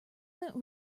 went